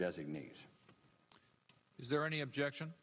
designees is there any objection